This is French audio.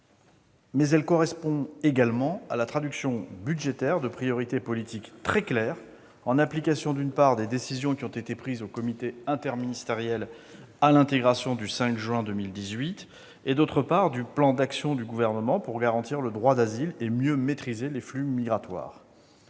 hausse correspond également à la traduction budgétaire de priorités politiques très claires en application, d'une part, des décisions prises lors du comité interministériel à l'intégration du 5 juin 2018, et, d'autre part, du plan d'action du Gouvernement pour garantir le droit d'asile et mieux maîtriser les flux migratoires.